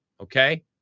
okay